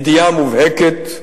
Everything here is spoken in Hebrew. ידיעה מובהקת,